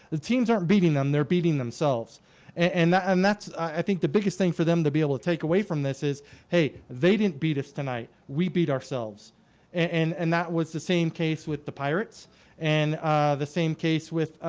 the teams aren't beating them. they're beating themselves and and that's i think the biggest thing for them to be able to take away from this is hey they didn't beat us tonight. we beat ourselves and and that was the same case with the pirates and the same case with